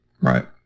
Right